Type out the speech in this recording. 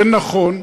ונכון,